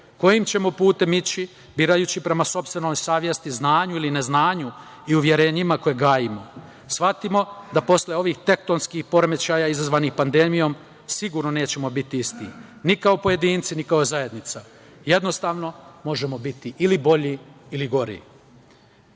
kojim ćemo putem ići, birajući prema sopstvenoj savesti, znanju ili neznanju i uverenjima koje gajimo. Shvatimo da posle ovih tektonskih poremećaja izazvanih pandemijom sigurno nećemo biti isti, ni kao pojedinci, ni kao zajednica. Jednostavno, možemo biti ili bolji ili